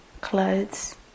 clothes